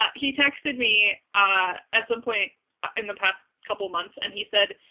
ah he texted me ah at some point in the past couple months and he said,